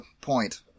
point